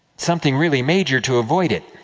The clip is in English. something really major to avoid it.